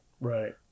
Right